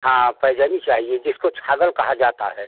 हाँ पैजनिया चाहिए जिसको छागल कहा जाता है